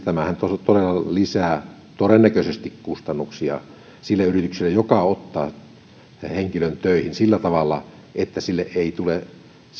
tämähän todella todennäköisesti lisää kustannuksia sille yritykselle joka ottaa henkilön töihin sillä tavalla että tälle ei tule